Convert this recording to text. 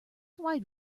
wide